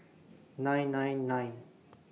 nine nine nine